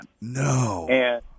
No